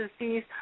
disease